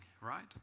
right